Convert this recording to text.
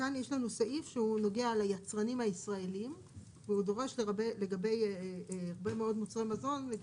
"החובה לקבל 41.(א) יצרן של מזון לא ייצר מזון אלא אם כן